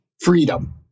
freedom